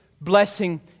blessing